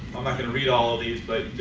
i'm not going to read all of these, but